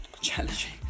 challenging